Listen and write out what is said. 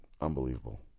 Unbelievable